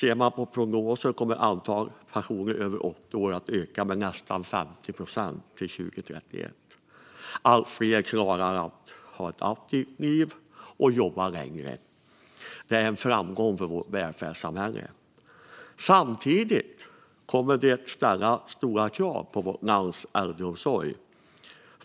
Enligt prognoser kommer antalet personer över 80 år att öka med nästan 50 procent till 2031. Allt fler klarar att ha ett aktivt liv och jobba längre. Det är en framgång för vårt välfärdssamhälle. Samtidigt kommer det att ställa stora krav på vårt lands äldreomsorg.